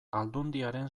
aldundiaren